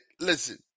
listen